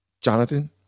Jonathan